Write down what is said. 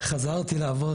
חזרתי אחרי שנה לעבוד,